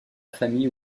famille